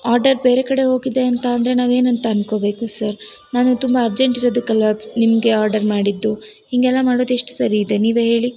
order ಬೇರೆ ಕಡೆ ಹೋಗಿದೆ ಅಂತ ಅಂದರೆ ನಾವು ಏನಂತ ಅಂದ್ಕೋಬೇಕು ಸರ್ ನಾನು ತುಂಬ ಅರ್ಜೆಂಟ್ ಇರೋದಕ್ಕಲ್ವ ನಿಮಗೆ ಆರ್ಡರ್ ಮಾಡಿದ್ದು ಹೀಗೆಲ್ಲ ಮಾಡೋದು ಎಷ್ಟು ಸರಿಯಿದೆ ನೀವೇ ಹೇಳಿ